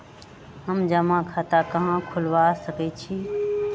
हम जमा खाता कहां खुलवा सकई छी?